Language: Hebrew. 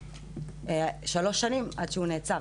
זה היה שלוש שנים עד שהוא נאצר